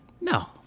No